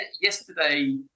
yesterday